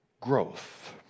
growth